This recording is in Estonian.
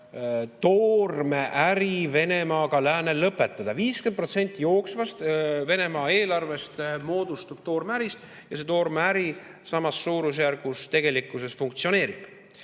toormeäri Venemaaga lõpetada. 50% Venemaa jooksvast eelarvest moodustub toormeärist ja see toormeäri samas suurusjärgus tegelikkuses funktsioneerib.